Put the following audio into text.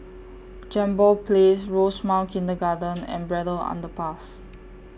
Jambol Place Rosemount Kindergarten and Braddell Underpass